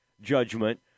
judgment